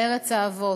לארץ האבות.